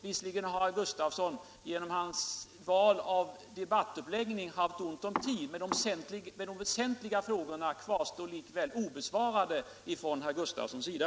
Visserligen har herr Gustavsson genom sitt val av debattuppläggning haft ont om tid, men de väsentliga frågorna kvarstår likväl obesvarade från herr Gustavssons sida.